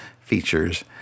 features